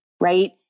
right